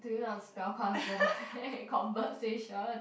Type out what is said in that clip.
do you know how to spell conse~ conversation